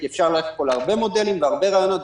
כי אפשר ללכת להרבה מודלים והרבה רעיונות.